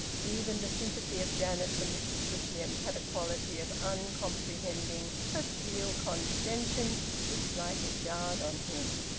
even the sympathy of janet for mr shushions had a quality of uncomprehending, facile condescension which slightly jarred on him.